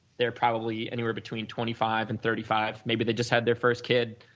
there probably anywhere between twenty five and thirty five, maybe they just had their first kid,